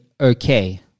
okay